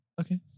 Okay